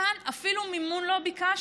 כאן אפילו מימון לא ביקשנו,